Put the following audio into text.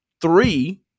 three